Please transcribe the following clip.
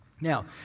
Now